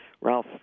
Ralph